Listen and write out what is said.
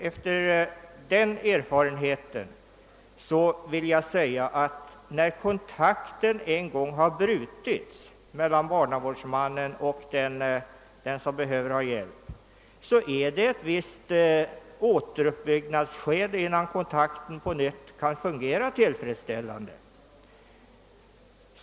Efter denna min erfarenhet vill jag säga att jag funnit, att när kontakten en gång har brutits mellan barnavårdsmannen och den som behöver hans hjälp kommer ett visst återuppbyggnadsskede, innan denna kontakt på nytt kan fungera tillfredsställande.